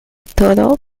todo